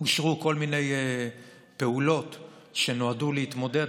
אישרו כל מיני פעולות שנועדו להתמודד,